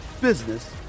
business